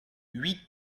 huit